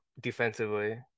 defensively